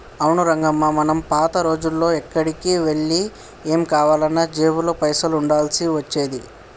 అవును రంగమ్మ మనం పాత రోజుల్లో ఎక్కడికి వెళ్లి ఏం కావాలన్నా జేబులో పైసలు ఉండాల్సి వచ్చేది